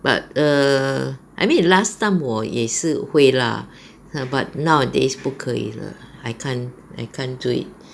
but err I mean last time 我也是会 lah ah but nowadays 不可以了 I can't I can't do it